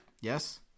Yes